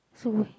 so